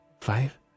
five